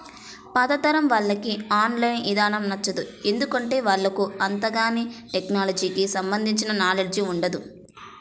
పాతతరం వాళ్లకి online ఇదానం నచ్చదు, ఎందుకంటే వాళ్లకు అంతగాని టెక్నలజీకి సంబంధించిన నాలెడ్జ్ ఉండదు